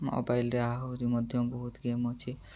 ମୋବାଇଲ୍ରେ ଆହୁରି ମଧ୍ୟ ବହୁତ ଗେମ୍ ଅଛି